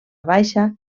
baixa